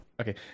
Okay